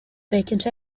vacant